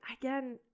again